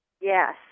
Yes